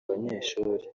abanyeshuri